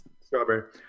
Strawberry